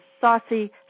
saucy